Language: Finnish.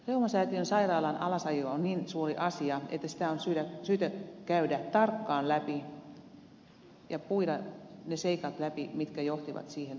reumasäätiön sairaalan alasajo on niin suuri asia että sitä on syytä käydä tarkkaan läpi ja puida ne seikat mitkä johtivat siihen tilanteeseen